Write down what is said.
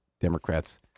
Democrats